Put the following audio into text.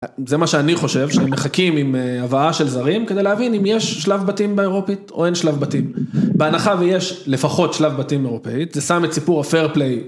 זה מה שאני חושב שהם מחכים עם הבאה של זרים כדי להבין אם יש שלב בתים באירופית או אין שלב בתים בהנחה ויש לפחות שלב בתים אירופאית זה שם את סיפור הפר פליי